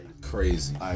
Crazy